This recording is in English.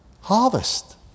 harvest